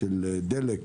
המוטען בדלק,